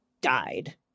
died